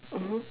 mmhmm